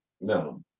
No